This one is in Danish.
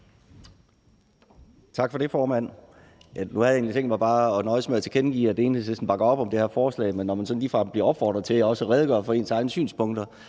Tak for det, formand. Nu havde jeg egentlig tænkt mig at nøjes med bare at tilkendegive, at Enhedslisten bakker op om det her forslag, men når man så ligefrem bliver opfordret til at redegøre for ens egne synspunkter,